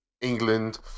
England